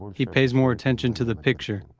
he pays more attention to the picture.